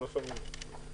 תודה.